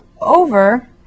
over